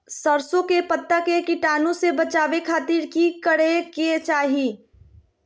सरसों के पत्ता के कीटाणु से बचावे खातिर की करे के चाही?